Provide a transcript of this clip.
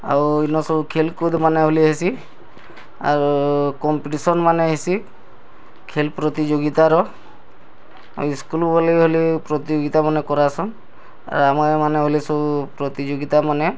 ଆଉ ଇନ ସବୁ ଖେଲ୍ କୁଦ୍ ମାନେ ଗଲେ ହେସି ଆଉ କମ୍ପିଟିସନ୍ ମାନେ ହେସି ଖେଲ୍ ପ୍ରତିଯୋଗିତାର ଆଉ ଇସ୍କୁଲ୍ ବାଲେ ଗଲେ ପ୍ରତିଯୋଗିତାମାନେ କରାସନ୍ ଆର୍ ଆମେ ମାନେ ଗଲେ ସବୁ ପ୍ରତିଯୋଗିତା ମାନେ